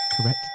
correct